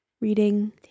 reading